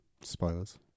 Spoilers